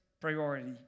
priority